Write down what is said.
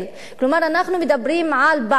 כלומר, אנחנו מדברים על בעיות